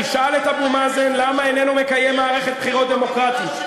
תשאל את אבו מאזן למה הוא לא מקיים מערכת בחירות דמוקרטית.